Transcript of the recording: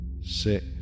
Six